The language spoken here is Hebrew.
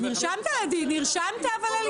סתוי, נרשמת?